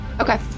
Okay